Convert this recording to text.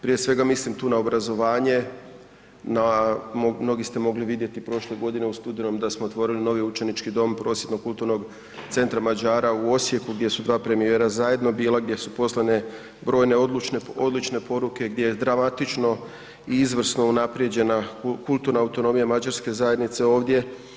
Prije svega mislim tu na obrazovanje, mnogi ste mogli vidjeti prošle godine u studenom da smo otvorili novi Učenički dom prosvjetno-kulturnog centra Mađara u Osijeku gdje su dva premijera zajedno bila, gdje su poslane brojne odlučne poruke, gdje je dramatično i izvrsno unapređenja kulturna autonomija mađarske zajednice ovdje.